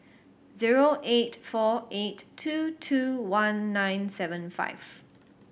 zero eight four eight two two one nine seven five